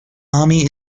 army